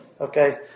Okay